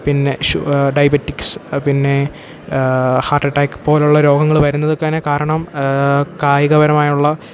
പിന്നെ ഡയബെറ്റിക്സ് പിന്നെ heart attack പോലെയുള്ള രോഗങ്ങൾ വരുന്നതു തന്നെ കാരണം കായികപരമായുള്ള